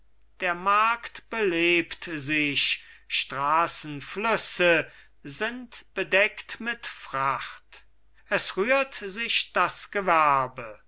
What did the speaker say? der markt belebt sich straßen flüsse sind bedeckt mit fracht es rührt sich das gewerbe